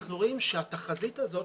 אנחנו רואים שהתחזית הזאת,